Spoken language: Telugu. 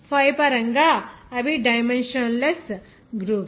5 పరంగా అవి డైమెన్షన్ లెస్ గ్రూప్స్